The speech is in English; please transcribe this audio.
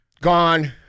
gone